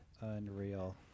Unreal